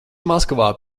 maskavā